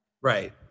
Right